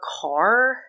car